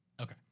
okay